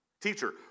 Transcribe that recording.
Teacher